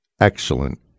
excellent